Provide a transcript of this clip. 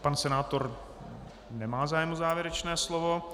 Pan senátor nemá zájem o závěrečné slovo.